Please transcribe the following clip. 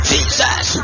Jesus